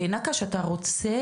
נקש, אתה רוצה